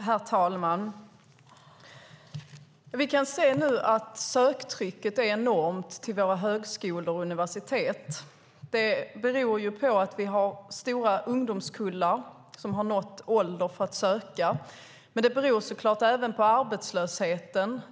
Herr talman! Söktrycket är nu enormt vid våra högskolor och universitet. Det beror på att vi har stora ungdomskullar som har nått sökåldern. Men det beror såklart även på arbetslösheten.